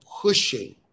pushing